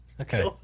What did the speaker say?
okay